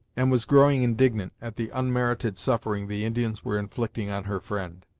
and was growing indignant at the unmerited suffering the indians were inflicting on her friend.